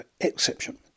exception